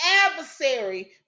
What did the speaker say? adversary